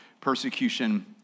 persecution